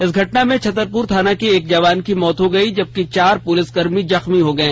इस घटना में छतरपुर थाना के एक जवान की मौत हो गई जबकि चार पुलिसकर्मी जख्मी हो गए